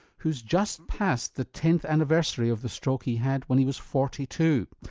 who's just passed the tenth anniversary of the stroke he had when he was forty two.